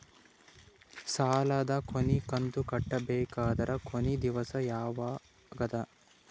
ಸಾಲದ ಕೊನಿ ಕಂತು ಕಟ್ಟಬೇಕಾದರ ಕೊನಿ ದಿವಸ ಯಾವಗದ?